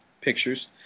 pictures